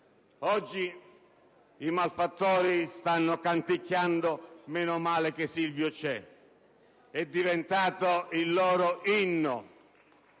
Oggi i malfattori stano canticchiando: «Meno male che Silvio c'è». È diventato il loro inno.